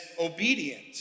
obedient